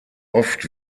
oft